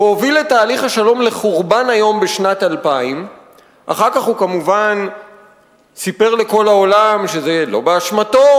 והוביל את תהליך השלום לחורבן איום בשנת 2000. אחר כך הוא כמובן סיפר לכל העולם שזה לא באשמתו,